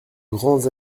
grands